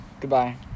goodbye